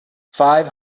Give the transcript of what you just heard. five